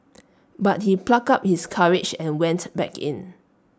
but he plucked up his courage and went back in